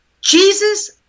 Jesus